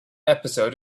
episode